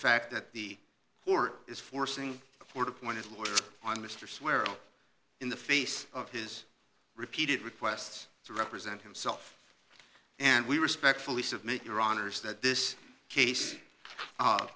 fact that the court is forcing ford appointed lawyers on mr swear in the face of his repeated requests to represent himself and we respectfully submit your honour's that this case